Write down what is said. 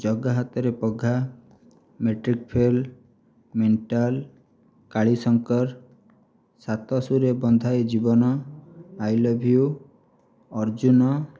ଜଗା ହାତରେ ପଘା matric fail mental Kalishankar ସାତ ସୁରେ ବନ୍ଧା ଏ ଜୀବନ ଆଇ ଲଭ ୟୁ ଅର୍ଜୁନ